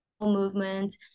movement